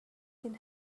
can